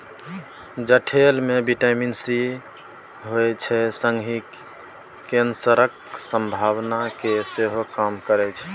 चठेल मे vitamin C होइ छै संगहि कैंसरक संभावना केँ सेहो कम करय छै